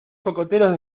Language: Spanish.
cocoteros